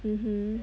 mm hmm